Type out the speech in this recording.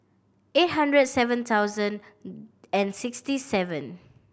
eight hundred seven thousand and sixty seven